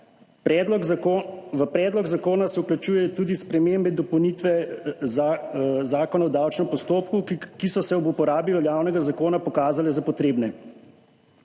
V predlog zakona se vključujejo tudi spremembe in dopolnitve Zakona o davčnem postopku, ki so se ob uporabi veljavnega zakona pokazale za potrebne.